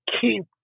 keep